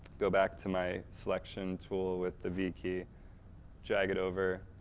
go back to my selection tool with the v-key, drag it over,